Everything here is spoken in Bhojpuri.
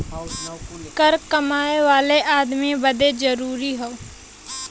कर कमाए वाले अदमी बदे जरुरी हौ